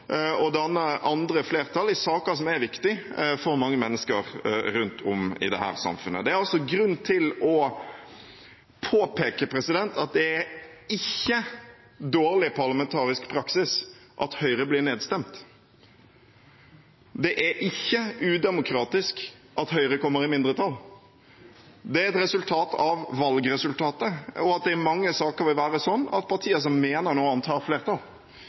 danne andre flertall i saker som er viktige for mange mennesker rundt om i dette samfunnet. Det er grunn til å påpeke at det er ikke dårlig parlamentarisk praksis at Høyre blir nedstemt. Det er ikke udemokratisk at Høyre kommer i mindretall. Det er et resultat av valgresultatet og av at det i mange saker vil være sånn at partier som mener noe annet, har flertall.